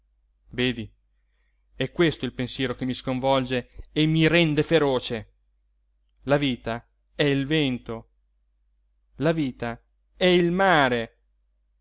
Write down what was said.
è questo il pensiero che mi sconvolge e mi rende feroce la vita è il vento la vita è il mare